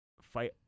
fight